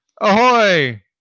Ahoy